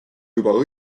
juba